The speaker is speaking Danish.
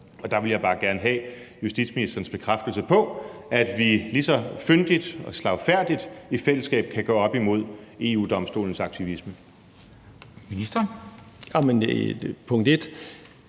og der vil jeg bare gerne have justitsministerens bekræftelse på, at vi lige så fyndigt og slagfærdigt i fællesskab kan gå op imod EU-Domstolens aktivisme.